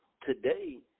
today